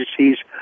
agencies